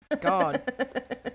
God